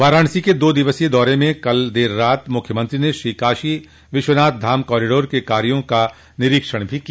वाराणसी के दो दिवसीय दौरे में कल देर रात मुख्यमंत्री ने श्रीकाशी विश्वनाथ धाम कॉरीडोर के कार्यो का निरीक्षण भी किया